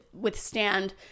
withstand